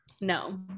No